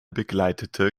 begleitete